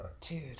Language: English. Dude